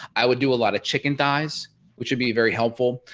i would do a lot of chicken thighs which would be very helpful.